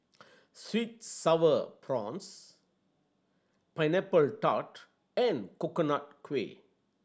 sweet Sour Prawns Pineapple Tart and Coconut Kuih